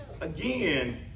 again